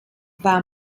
war